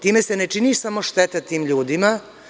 Time se ne čini samo šteta tim ljudima.